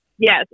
Yes